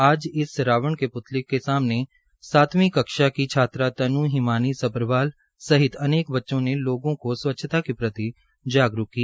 आज इस रावण के सामने सातवीं कक्षा की छात्रा तन् हिमानी सभ्रवाल सहित अनेक बच्चों ने लोगों को स्वच्छता के प्रति जागरूक किया